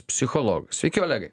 psichologai sveiki olegai